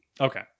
Okay